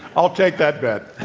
i'll take that back.